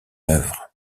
œuvre